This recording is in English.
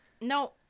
No